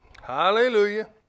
Hallelujah